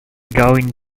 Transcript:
going